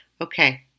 Okay